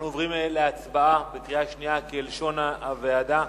אנחנו עוברים להצבעה בקריאה שנייה כלשון הוועדה,